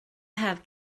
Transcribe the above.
have